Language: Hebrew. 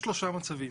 יש שלושה מצבים.